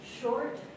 short